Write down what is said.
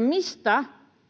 mistä